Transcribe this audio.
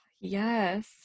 Yes